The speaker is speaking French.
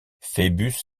phœbus